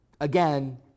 Again